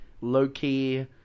low-key